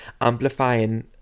amplifying